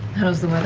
how's the